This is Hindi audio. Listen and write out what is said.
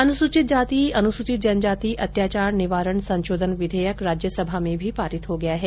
अनुसूचित जाति अनुसूचित जनजाति अत्याचार निवारण संशोधन विधेयक राज्यसभा में भी पारित हो गया है